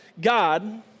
god